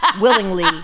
willingly